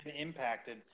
impacted